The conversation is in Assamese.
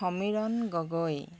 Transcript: সমীৰণ গগৈ